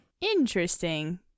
Interesting